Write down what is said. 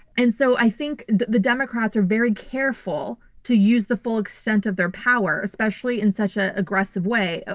and so, i think the the democrats are very careful to use the full extent of their power, especially in such an ah aggressive way. ah